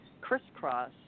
crisscross